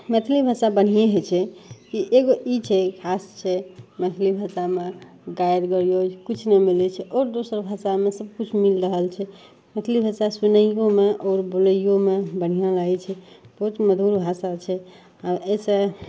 मैथिली भाषा बनिहे होइ छै एगो ई छै खास छै मैथिली भाषामे गारि गलौज किछु नहि मिलै छै आओर दोसर भाषामे सबकिछु मिल रहल छै मैथिली भाषा सुनैयोमे आओर बोलैइयोमे बढ़िऑं लागै छै बहुत मधुर भाषा छै आ एहिसे